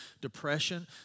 depression